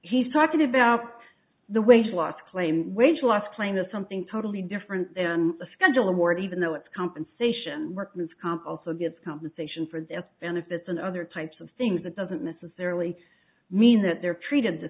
he's talking about the wage law to claim wage loss claim is something totally different than a schedule award even though it's compensation workman's comp also gets compensation for the death benefits and other types of things that doesn't necessarily mean that they're treated the